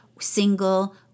single